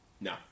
No